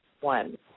one